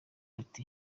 ati